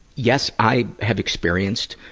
yes, i have experienced